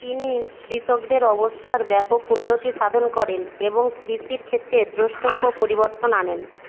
তিনি কৃষকদের অবস্থার ব্যাপক উন্নতি সাধন করেন এবং কৃষির ক্ষেত্রে দ্রষ্টব্য পরিবর্তন আনেন